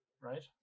right